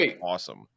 awesome